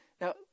now